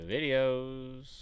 Videos